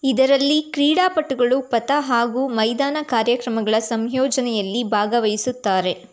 ಇದರಲ್ಲಿ ಕ್ರೀಡಾಪಟುಗಳು ಪಥ ಹಾಗೂ ಮೈದಾನ ಕಾರ್ಯಕ್ರಮಗಳ ಸಂಯೋಜನೆಯಲ್ಲಿ ಭಾಗವಹಿಸುತ್ತಾರೆ